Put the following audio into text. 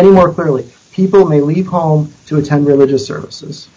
any more clearly people may leave home to attend religious services